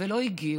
ולא הגיעו,